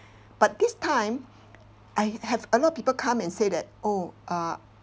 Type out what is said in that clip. but this time I have a lot of people come and say that oh uh